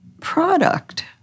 product